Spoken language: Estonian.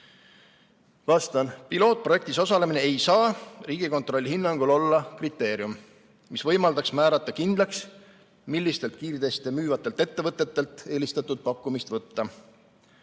Vastan. Pilootprojektis osalemine ei saa Riigikontrolli hinnangul olla kriteerium, mis võimaldaks määrata kindlaks, millistelt kiirteste müüvatelt ettevõtetelt eelistatud pakkumist võtta.